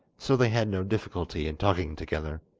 so they had no difficulty in talking together.